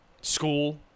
school